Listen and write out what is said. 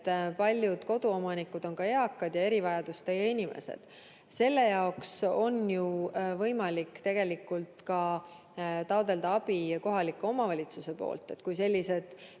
et paljud koduomanikud on eakad ja erivajadustega inimesed. Selle jaoks on ju võimalik tegelikult ka taotleda abi kohalikust omavalitsusest. Kui sellised